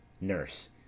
Nurse